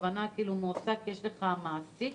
כלומר יש לך מעסיק,